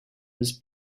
his